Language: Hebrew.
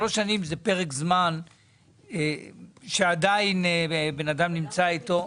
שלוש שנים זה פרק זמן שעדיין בן אדם נמצא איתו.